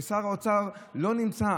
ושר האוצר לא נמצא.